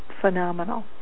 phenomenal